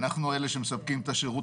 אנחנו אלה שמספקים את השירות